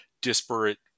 disparate